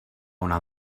una